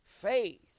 Faith